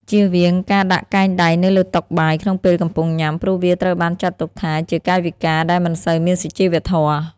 ចៀសវាងការដាក់កែងដៃនៅលើតុបាយក្នុងពេលកំពុងញ៉ាំ ព្រោះវាត្រូវបានចាត់ទុកថាជាកាយវិការដែលមិនសូវមានសុជីវធម៌។